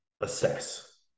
Assess